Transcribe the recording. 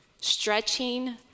stretching